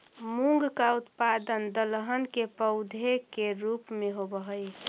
मूंग का उत्पादन दलहन के पौधे के रूप में होव हई